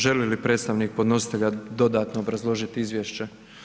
Želi li predstavnik podnositelja dodatno obrazložiti izvješće?